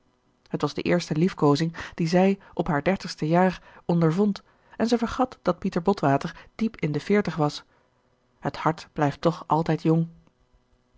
het was de eerste liefkozing die zij op haar dertigste jaar ondervond en zij vergat dat pieter botwater diep in de veertig was het hart blijft toch altijd jong